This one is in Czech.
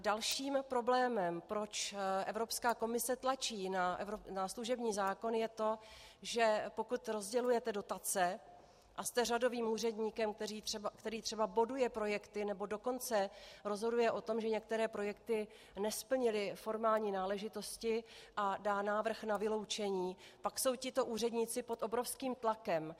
Dalším problémem, proč Evropská komise tlačí na služební zákon, je to, že pokud rozdělujete dotace a jste řadovým úředníkem, který třeba boduje projekty, nebo dokonce rozhoduje o tom, že některé projekty nesplnily formální náležitosti, a dá návrh na vyloučení, pak jsou tito úředníci pod obrovským tlakem.